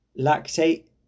lactate